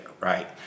right